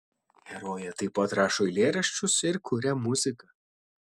herojė taip pat rašo eilėraščius ir kuria muziką